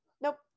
nope